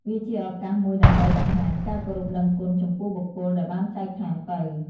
វាជាឱកាសមួយដើម្បី បង្ហាញការគោរពដឹងគុណ ចំពោះបុគ្គលដែលបានចែកឋានទៅ។